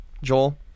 Joel